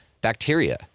bacteria